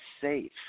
safe